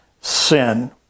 sin